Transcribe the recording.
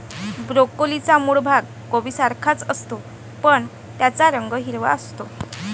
ब्रोकोलीचा मूळ भाग कोबीसारखाच असतो, पण त्याचा रंग हिरवा असतो